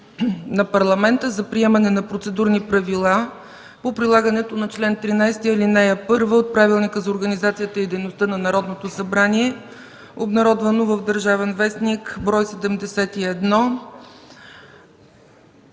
на Парламента за приемане на Процедурни правила по прилагането на чл. 113, ал. 1 от Правилника за организацията и дейността на Народното събрание, обнародвано в „Държавен вестник” бр. 71.